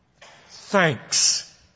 thanks